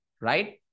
right